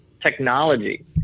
technology